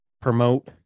promote